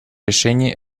решении